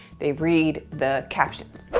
they read the captions.